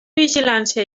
vigilància